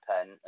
pen